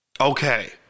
okay